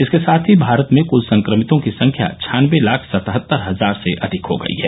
इसके साथ ही भारत में कुल संक्रमितों की संख्या छानबे लाख सतहत्तर हजार से अधिक हो गई है